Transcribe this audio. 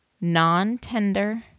non-tender